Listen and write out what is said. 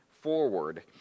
forward